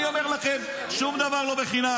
אני אומר לכם, שום דבר לא בחינם.